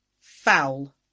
foul